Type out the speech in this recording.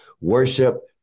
worship